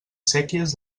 séquies